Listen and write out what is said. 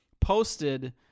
posted